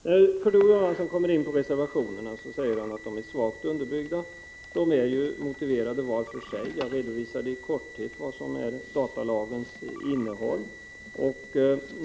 Kurt Ove Johansson kom sedan in på reservationerna. Han sade att de är svagt underbyggda. De är motiverade var för sig. Jag redovisade i korthet datalagens innehåll.